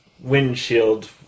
windshield